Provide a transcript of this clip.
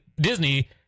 Disney